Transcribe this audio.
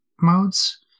Modes